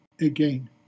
again